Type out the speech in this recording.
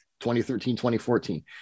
2013-2014 –